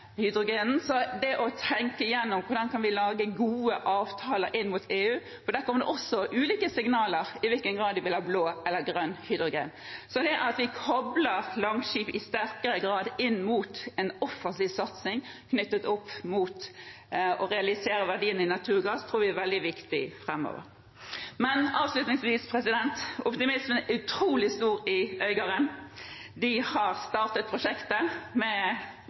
så man bør tenke igjennom hvordan vi kan lage gode avtaler med EU, for der kommer det også ulike signaler om i hvilken grad de vil ha blått eller grønt hydrogen. Så at vi i sterkere grad kobler Langskip til en offensiv satsing knyttet til å realisere verdiene i naturgass, tror vi er veldig viktig framover. Men avslutningsvis: Optimismen er utrolig stor i Øygarden. Der har man startet prosjektet med